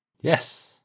Yes